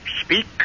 Speak